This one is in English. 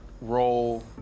role